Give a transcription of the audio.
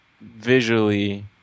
visually